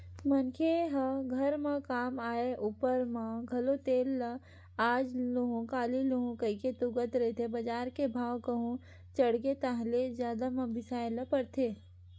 मनखे ह घर म काम आय ऊपर म घलो तेल ल आज लुहूँ काली लुहूँ कहिके तुंगत रहिथे बजार के भाव कहूं चढ़गे ताहले जादा म बिसाय ल परथे